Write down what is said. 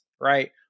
Right